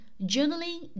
journaling